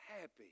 happy